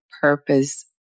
purpose